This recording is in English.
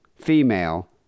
female